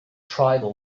tribal